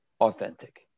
authentic